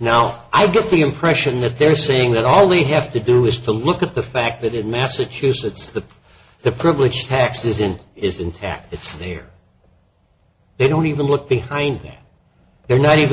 now i get the impression that they're saying that all we have to do is to look at the fact that in massachusetts the the privilege taxes in is intact it's clear they don't even look behind them they're not even